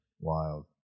Wild